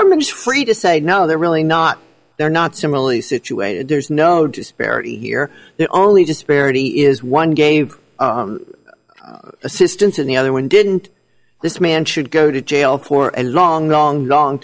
is free to say no they're really not they're not similarly situated there's no disparity here the only disparity is one gave assistance and the other one didn't this man should go to jail for a long long long